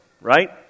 right